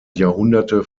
jahrhunderte